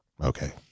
Okay